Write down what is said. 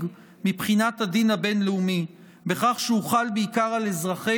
מבחינת הדין הבין-לאומי בכך שהוא חל בעיקר על אזרחי